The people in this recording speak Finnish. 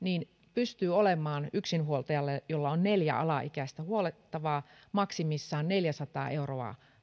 pystyy olemaan yksinhuoltajalle jolla on neljä alaikäistä huollettavaa maksimissaan neljäsataa euroa